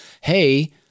hey